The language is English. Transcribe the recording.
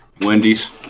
Wendy's